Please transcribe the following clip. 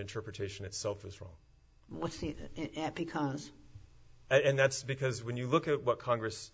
interpretation itself is wrong what it becomes and that's because when you look at what congress